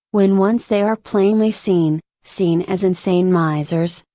when once they are plainly seen, seen as insane misers,